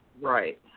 Right